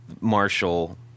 Marshall